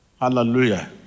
Hallelujah